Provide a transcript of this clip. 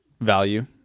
value